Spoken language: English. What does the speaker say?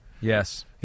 Yes